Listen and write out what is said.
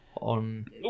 on